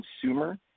consumer